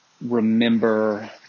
remember